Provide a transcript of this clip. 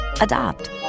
Adopt